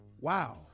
Wow